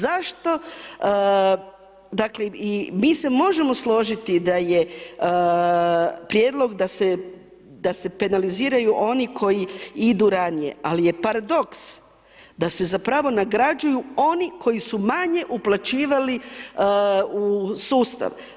Zašto, dakle i mi se možemo složiti da je prijedlog da se penaliziraju oni koji idu ranije, ali je paradoks da se zapravo nagrađuju oni koji su manje uplaćivali u sustav.